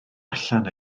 allan